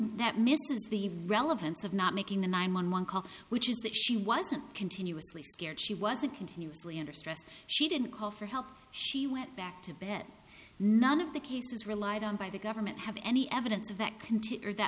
that misses the relevance of not making the nine one one call which is that she wasn't continuously scared she wasn't continuously under stress she didn't call for help she went back to bed none of the cases relied on by the government have any evidence of that continue or that